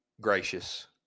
gracious